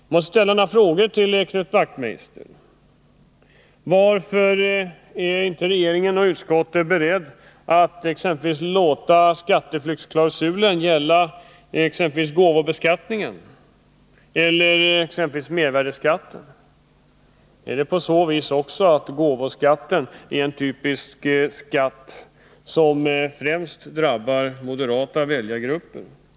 Jag vill ställa några frågor till Knut Wachtmeister: Varför är inte regeringen och utskottet beredda att låta skatteflyktsklausulen gälla exempelvis gåvobeskattningen och mervärdeskatten? Är det så att gåvobeskattningen främst drabbar moderata väljargrupper?